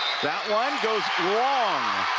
that one goes long.